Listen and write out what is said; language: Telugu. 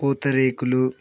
పూతరేకులు